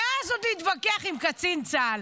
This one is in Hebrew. ואז עוד להתווכח עם קצין צה"ל.